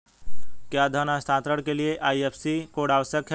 क्या धन हस्तांतरण के लिए आई.एफ.एस.सी कोड आवश्यक है?